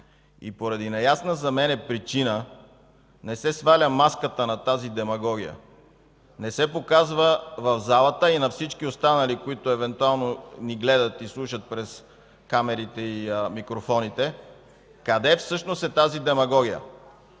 и поради неясна за мен причина не се сваля маската на тази демагогия, не се показва в залата и на всички останали, които евентуално ни гледат и слушат от камерите и микрофоните, къде всъщност е тази демагогия.